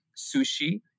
sushi